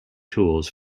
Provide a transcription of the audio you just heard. tools